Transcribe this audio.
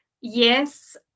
Yes